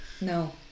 No